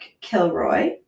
Kilroy